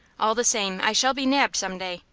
all the same, i shall be nabbed some day,